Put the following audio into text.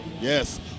Yes